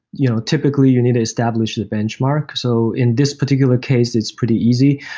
you know typically you need to establish a benchmark. so in this particular case, it's pretty easy.